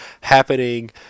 happening